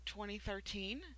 2013